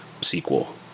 sequel